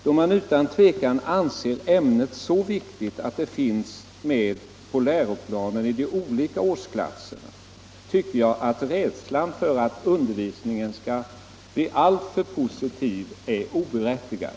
Då man utan tvivel anser ämnet vara så viktigt att det har tagits med Nr 19 i läroplanen för de olika årsklasserna, tycker jag att rädslan för att un Tisdagen den dervisningen skall bli alltför positiv är oberättigad.